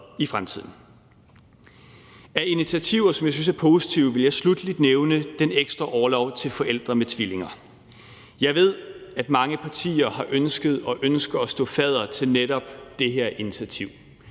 i fremtiden. Af initiativer, som jeg synes er positive, vil jeg sluttelig nævne den ekstra orlov til forældre med tvillinger. Jeg ved, at mange partier har ønsket og ønsker at stå fadder til netop det her initiativ,